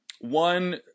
One